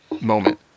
moment